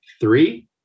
three